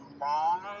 long